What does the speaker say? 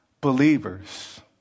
believers